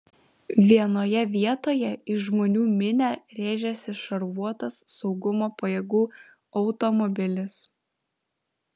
vienoje vietoje į žmonių minią rėžėsi šarvuotas saugumo pajėgų automobilis